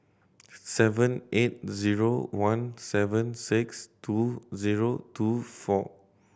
seven eight zero one seven six two zero two four